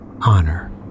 honor